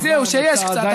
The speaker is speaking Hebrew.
אז זהו, שיש קצת.